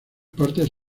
partes